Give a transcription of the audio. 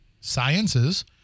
sciences